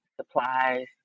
supplies